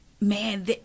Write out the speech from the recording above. man